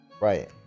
Right